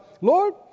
Lord